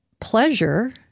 pleasure